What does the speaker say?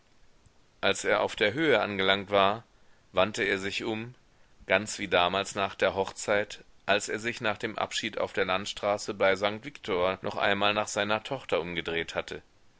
als er auf der höhe angelangt war wandte er sich um ganz wie damals nach der hochzeit als er sich nach dem abschied auf der landstraße bei sankt viktor noch einmal nach seiner tochter umgedreht hatte